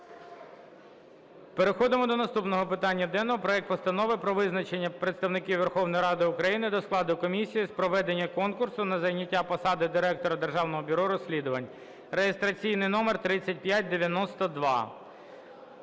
Переходимо до наступного питання денного. Проект Постанови про визначення представників Верховної Ради України до складу комісії з проведення конкурсу на зайняття посади Директора Державного бюро розслідувань (реєстраційний номер 3592).